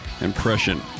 impression